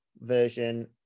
version